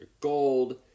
gold